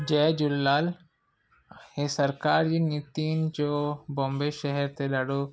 जय झूलेलाल हीउ सरकारि जी नितियुनि जो बॉम्बे शहर ते ॾाढो